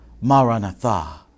Maranatha